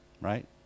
Right